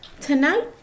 Tonight